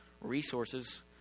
resources